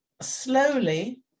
slowly